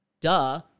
duh